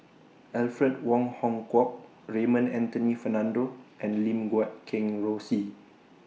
Alfred Wong Hong Kwok Raymond Anthony Fernando and Lim Guat Kheng Rosie